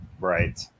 Right